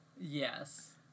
Yes